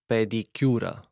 Pedicura